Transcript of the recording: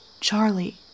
Charlie